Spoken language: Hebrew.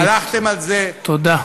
אתם הלכתם על זה, תודה.